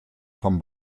vom